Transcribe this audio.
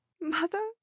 Mother